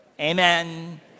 Amen